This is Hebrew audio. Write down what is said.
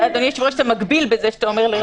אדוני היושב-ראש, אתה מגביל בזה שאתה אומר לרבות.